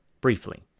briefly